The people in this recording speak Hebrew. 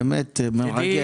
באמת מרגש.